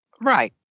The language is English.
Right